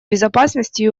безопасности